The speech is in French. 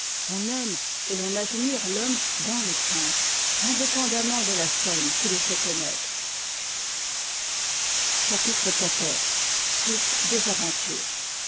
on aime et l'on admire fhomme dans le prince indépendamment de la scène qui le fait connoître ii part t liv i chapitre xiv suite des as